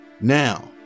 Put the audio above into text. Now